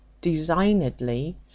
designedly